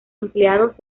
empleados